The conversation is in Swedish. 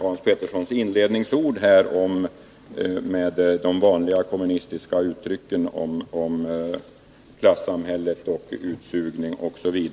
Hans Petersson inledde sitt huvudanförande med de vanliga kommunistiska uttrycken om klassamhälle, utsugning osv.